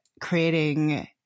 creating